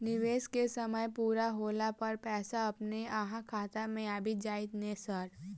निवेश केँ समय पूरा होला पर पैसा अपने अहाँ खाता मे आबि जाइत नै सर?